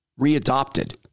Readopted